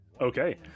Okay